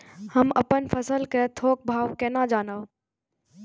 हम अपन फसल कै थौक भाव केना जानब?